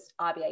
RBA